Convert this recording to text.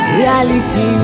reality